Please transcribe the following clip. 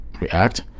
react